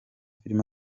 film